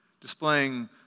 displaying